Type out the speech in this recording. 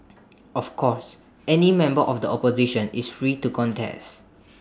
of course any member of the opposition is free to contest